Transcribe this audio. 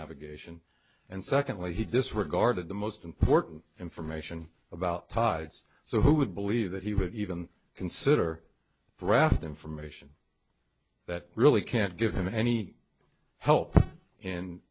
navigation and secondly he disregarded the most important information about tides so who would believe that he would even consider the raft information that really can't give him any help